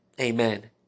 Amen